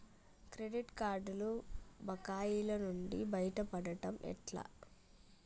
Credit కార్డుల బకాయిల నుండి బయటపడటం ఎట్లా?